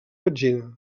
petxina